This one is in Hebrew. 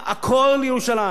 הכול בירושלים.